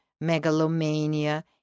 megalomania